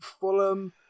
Fulham